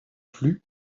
plus